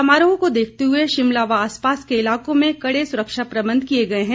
समारोह को देखते हुए शिमला व आसपास के इलाकों में कड़े सुरक्षा प्रबंध किए गए हैं